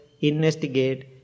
investigate